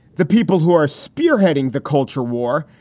the people who are spearheading the culture war,